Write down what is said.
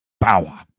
power